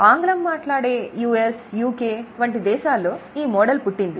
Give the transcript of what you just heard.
ఆంగ్లం మాట్లాడే US UK వంటి దేశాల్లో ఈ మోడల్ పుట్టింది